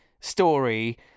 story